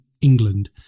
England